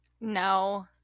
No